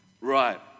Right